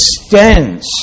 extends